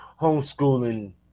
homeschooling